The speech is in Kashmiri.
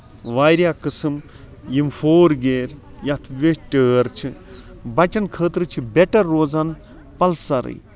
واریاہ قٕسٕم یِم فور گیر یَتھ ویٹھ ٹٲر چھِ بَچن خٲطرٕ چھُ بیٹر روزان پَلسَرٕے